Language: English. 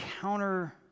counter